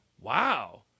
Wow